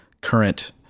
current